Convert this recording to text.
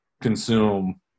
consume